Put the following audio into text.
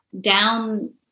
down